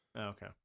Okay